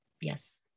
yes